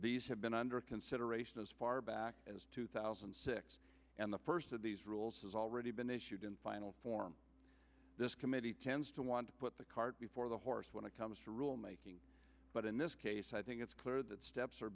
these have been under consideration as far back as two thousand and six and the first of these rules has already been issued in final form this committee tends to want to put the cart before the horse when it comes to rule making but in this case i think it's clear that steps are